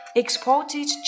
exported